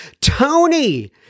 Tony